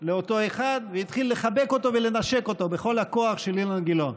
לאותו אחד והתחיל לחבק אותו ולנשק אותו בכל הכוח של אילן גילאון.